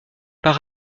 par